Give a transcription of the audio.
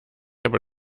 aber